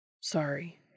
Sorry